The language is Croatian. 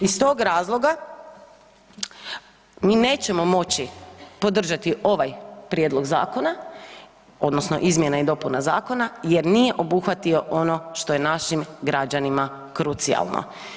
Iz tog razloga mi nećemo moći podržati ovaj prijedlog zakona odnosno izmjene i dopune zakona jer nije obuhvatio ono što je našim građanima krucijalno.